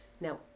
Now